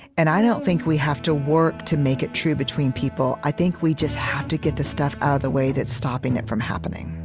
and i don't think we have to work to make it true between people. i think we just have to get the stuff out of the way that's stopping it from happening